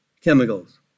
chemicals